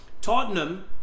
Tottenham